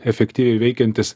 efektyviai veikiantis